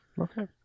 Okay